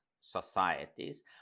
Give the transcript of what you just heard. societies